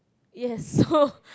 yes no